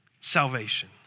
salvation